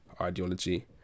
ideology